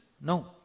No